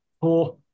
Four